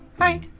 Hi